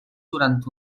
durant